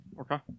Okay